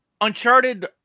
Uncharted